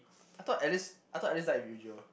I thought Alice I thought Alice died with Eugeo